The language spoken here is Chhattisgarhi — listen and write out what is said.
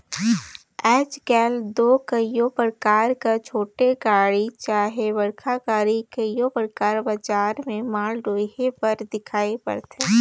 आएज काएल दो कइयो परकार कर छोटे गाड़ी चहे बड़खा गाड़ी कइयो परकार बजार में माल डोहे बर दिखई परथे